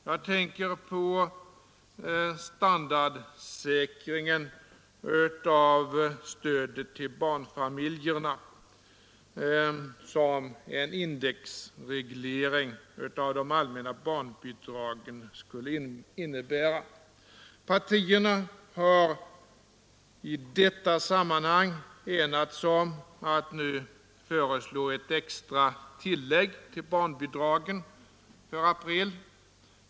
Jag tänker här på den standardsäkring av stödet till barnfamiljerna som en indexreglering av de allmänna barnbidragen skulle innebära. Partierna har i detta sammanhang enats om att föreslå ett extra tillägg till barnbidragen för april.